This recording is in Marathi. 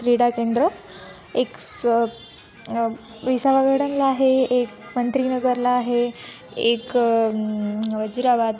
क्रीडाकेंद्रं एक स विसावा गार्डनला आहे एक मंत्रिनगरला आहे एक वजिराबाद